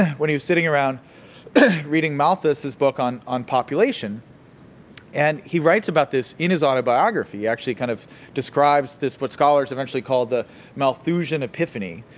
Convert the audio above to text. when he was sitting around reading malthus' book on on population and he writes about this in his autobiography he actually kind of describes this what scholars eventually call the malthusian epiphany,